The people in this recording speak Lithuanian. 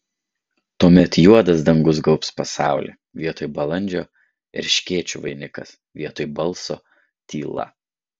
tuomet juodas dangus gaubs pasaulį vietoj balandžio erškėčių vainikas vietoj balso tyla